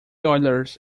oilers